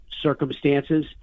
circumstances